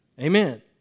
Amen